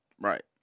Right